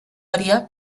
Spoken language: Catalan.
variar